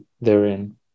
therein